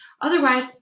Otherwise